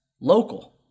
local